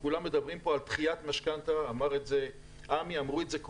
וכולם מדברים פה על דחיית משכנתא אמר את זה עמי,